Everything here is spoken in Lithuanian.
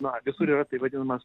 na visur yra taip vadinamas